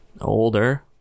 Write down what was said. older